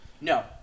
No